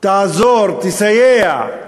תעזור, תסייע.